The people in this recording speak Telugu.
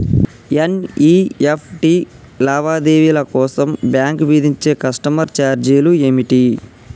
ఎన్.ఇ.ఎఫ్.టి లావాదేవీల కోసం బ్యాంక్ విధించే కస్టమర్ ఛార్జీలు ఏమిటి?